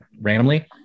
randomly